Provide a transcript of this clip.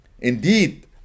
Indeed